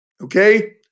okay